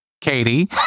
Katie